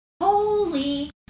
Holy